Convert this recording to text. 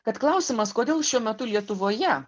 kad klausimas kodėl šiuo metu lietuvoje